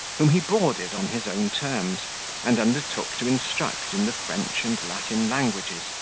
whom he boarded on his own terms and undertook to instruct in the french and latin languages,